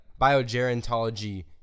biogerontology